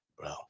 bro